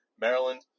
maryland